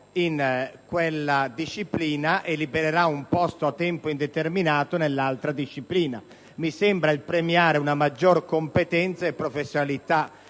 in quella disciplina, liberando un posto a tempo indeterminato nell'altra disciplina. Mi sembra che in tal modo si premi una maggiore competenza e professionalità.